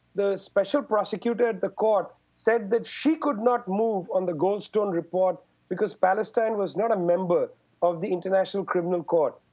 the special prosecutor of the court said that she could not move on the goldstone report because palestine was not a member of the international criminal court.